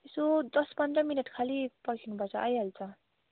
यसो दस पन्ध्र मिनट खालि पर्खिनु पर्छ आइहाल्छ